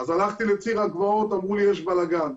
הלכתי לציר הגבעות, אמרו לי, יש בלגאן.